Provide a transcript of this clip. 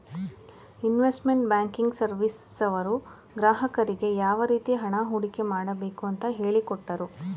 investment banking ಸರ್ವಿಸ್ನವರು ಗ್ರಾಹಕರಿಗೆ ಯಾವ ರೀತಿ ಹಣ ಹೂಡಿಕೆ ಮಾಡಬೇಕು ಅಂತ ಹೇಳಿಕೊಟ್ಟರು